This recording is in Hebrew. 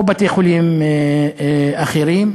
או בתי-חולים אחרים,